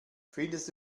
findest